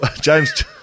James